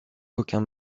aucun